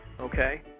Okay